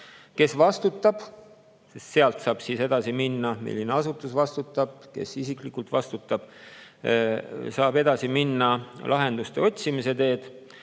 Kes vastutab? Sealt saab edasi minna: milline asutus vastutab, kes isiklikult vastutab? Saab edasi minna lahenduste otsimise teed.